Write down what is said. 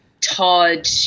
todd